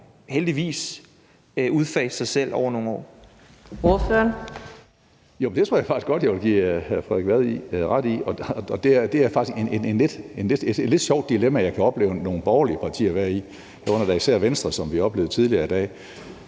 Kl. 15:11 Karsten Hønge (SF): Jo, det tror jeg faktisk godt jeg vil give hr. Frederik Vad ret i. Og det er faktisk et lidt sjovt dilemma, jeg kan opleve nogle borgerlige partier være i. Det var især Venstre, som vi oplevede tidligere i dag,